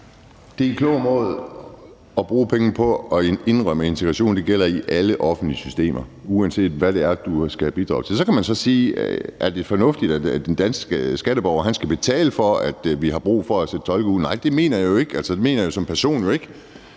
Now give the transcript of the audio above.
Det er en klog måde at bruge pengene på at indrømme, at integration gælder i alle offentlige systemer, uanset hvad det er, du skal bidrage til. Så kan man sige: Er det fornuftigt, at den danske skatteborger skal betale for det, når vi har brug for at sende tolke ud? Nej, det mener jeg jo ikke. Det mener jeg som person ikke.